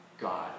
God